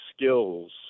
skills